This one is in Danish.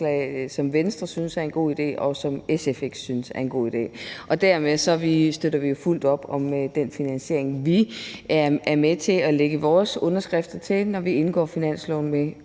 som Venstre synes er en god idé, og som SF ikke synes er en god idé. Dermed støtter vi jo fuldt ud op om den finansiering, som vi er med til at lægge vores underskrifter til, når vi indgår aftalen om